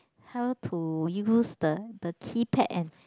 how to use the the keypad and